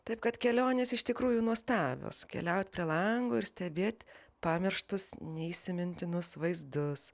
taip kad kelionės iš tikrųjų nuostabios keliaut prie lango ir stebėt pamirštus neįsimintinus vaizdus